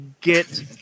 get